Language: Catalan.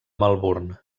melbourne